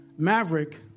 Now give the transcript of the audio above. Maverick